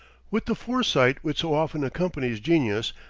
with the foresight which so often accompanies genius,